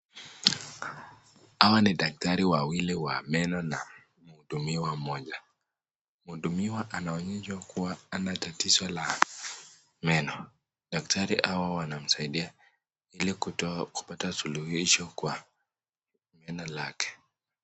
Hawa ni daktari wawili wa meno na mhudumiwa mmoja, mhudumiwa anaonyeshwa kuwa ana tatizo la meno. Daktari hawa wanamsaidia ili kupata suluhisho kwa meno lake.